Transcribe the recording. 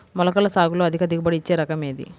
మొలకల సాగులో అధిక దిగుబడి ఇచ్చే రకం ఏది?